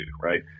right